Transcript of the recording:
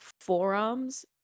forearms